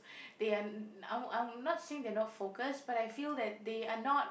they are n~ I'm I'm not saying they are not focus but I feel that they are not